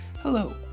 Hello